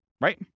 Right